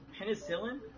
penicillin